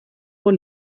vor